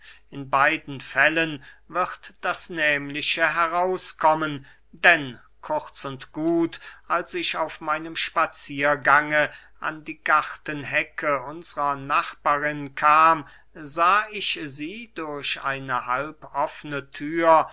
in beiden fällen wird das nehmliche herauskommen denn kurz und gut als ich auf meinem spaziergange an die gartenhecke unsrer nachbarin kam sah ich sie durch eine halb offne thür